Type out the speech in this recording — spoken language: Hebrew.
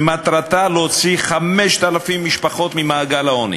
שמטרתה להוציא 5,000 משפחות ממעגל העוני